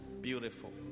Beautiful